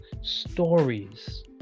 stories